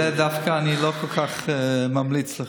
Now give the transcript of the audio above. זה דווקא אני לא כל כך ממליץ לך.